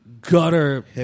gutter